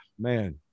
man